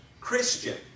Christian